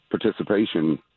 participation